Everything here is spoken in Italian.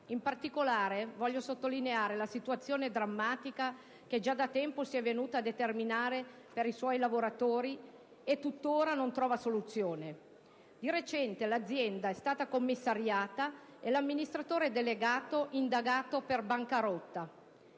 In particolare, voglio sottolineare la situazione drammatica che già da tempo si è venuta a determinare per i suoi lavoratori e che tuttora non trova soluzione. Di recente l'azienda è stata commissariata e l'amministratore delegato indagato per bancarotta.